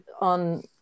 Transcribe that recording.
on